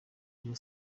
rayon